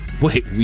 wait